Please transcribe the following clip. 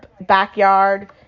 backyard